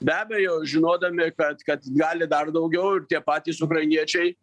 be abejo žinodami kad kad gali dar daugiau ir tie patys ukrainiečiai